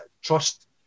trust